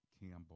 Campbell